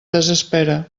desespera